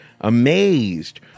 amazed